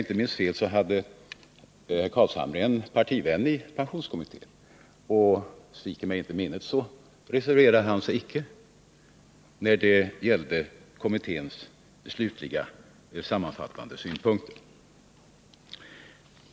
Nils Carlshamre hade en partivän i pensionskommittén, och sviker mig inte minnet så reserverade han sig icke när det gällde kommitténs slutliga, sammanfattande synpunkter i denna fråga.